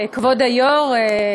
כבוד היושב-ראש,